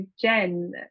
Jen